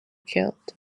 killed